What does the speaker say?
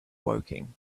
woking